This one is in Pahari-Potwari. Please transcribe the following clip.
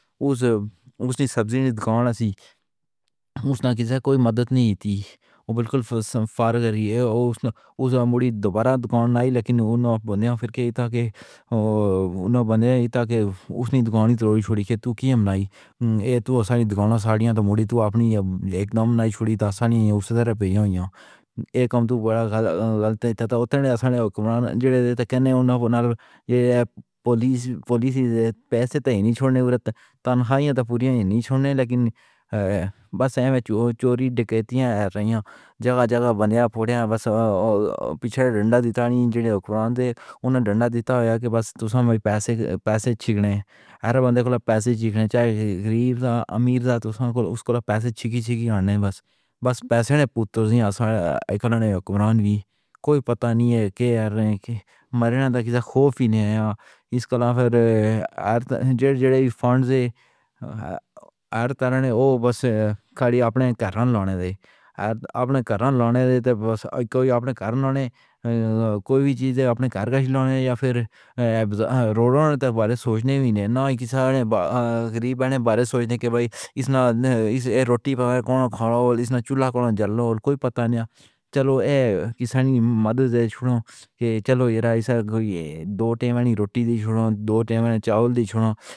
اُس، اُس نے سبزی نہیں دُکّانا سی، اُس نا کِسّا کوئی مَدَد نہیں اِیتی۔ او بِلکُل فارغ ہوئی۔ اُس نے مُڑی دوبارہ دُکّان آئی لیکن اُنّوں بندیاں پھیر کےئی تا کے، اُنّوں بندیاں اِیتا کے اُسنی دُکّانی چوری چھوڑی کے تُو کیں نائی؟ اے تُو اَسّانی دُکّاناں ساڑیاں تو مُڑی تُو آپنی اِکدم نائی چُھری تو اَسّانی اُسے طرح بھیجیاں اِیاں۔ اے کم تُو بڑا گَل گَلط اے تے اُوتنے اَسّانے حُکمراں جِڑے دے تے کہنے اُنّوں اُونال پولیس پولیس پیسے تے ہی نہیں چھوڑنے۔ اُڑے تے تنخواہیاں تے پُوریاں یے نہیں چھوڑنے۔ لیکن بس ایوے چوری چوری ڈکیتیاں رَیاں، جگہ جگہ بندیاں پھوڑیاں بس پِچھڑے ڈنڈا دِیتا نہیں جِڑے حُکمراں دے اُنّوں ڈنڈا دِیتا ہویا کہ بس تُساں میں پیسے پیسے چِھکݨے۔ ہر بندے کولا پیسے چِھکݨے، چاہے غریب سا امیر سا تُساں کولا اُسکولا پیسے چِھکی چِھکی آنے بس۔ بس پیسے نے پُوت تُر جیاں اَسّانے اِکھڑے حُکمراں وی۔ کوئی پَتا نہیں اے کَیڑ اے کہ مَرِیاں دا کِسّا خوف ہی نی آی۔ اِس کالاں پھر ہر ت زیڈ زیڈ اے فنڈز اے، ہر ہر طرح نے او بس کھڑی آپنے گھراں لانݨے دے۔ ہر ہر آپنے گھراں لانݨے دے تے بس، کوئی آپنے گھراں لانݨے کوئی بھی چیز تے آپنے گھر کُچ لانݨے یا پھر، ایب روڑوں تے بارے سوچݨے بھی ن نا کِسّا نے ب غریب نے بارے سوچدے کہ بائی اِس نا ن اِس روٹی پَکواۓ کونا کھاؤ تے اِس نا چُولھا کونا جَلاؤ تے کوئی پَتا نِیا۔ چلو اے کِسّانی مَدَد دے چُھڑو کہ چلو یار ایسا کوئی دو ٹِیبݨی روٹی دے چُھڑو دو ٹِیبݨی چاول دے چُھڑو۔